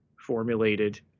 formulated